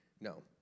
No